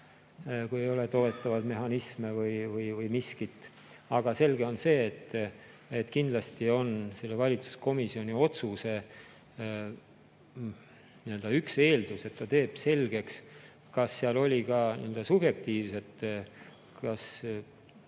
kui ei ole toetavaid mehhanisme või miskit. Aga selge on see, et kindlasti on selle valitsuskomisjoni otsuse üks eeldus, et ta teeb selgeks, kas seal oli ka subjektiivseid